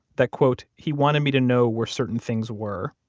that, quote, he wanted me to know where certain things were.